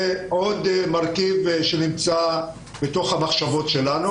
זה עוד מרכיב שאנחנו חושבים עליו.